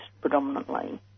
predominantly